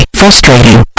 frustrating